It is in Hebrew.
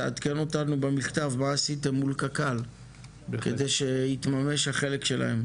תעדכן אותנו במכתב מה עשית מול קק"ל כדי שיתממש מה החלק שלהם.